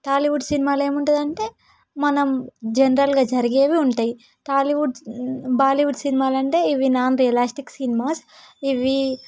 టాలీవుడ్ సినిమాలో ఏముంటది అంటే మనం జనరల్గా జరిగేవి ఉంటాయి టాలీవుడ్ బాలీవుడ్ సినిమాలంటే ఇవి నాన్ రియలిస్టిక్ సినిమాస్ ఇవి